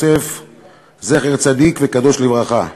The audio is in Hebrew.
זכר צדיק וקדוש לברכה,